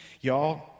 y'all